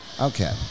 Okay